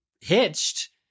hitched